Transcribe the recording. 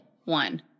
one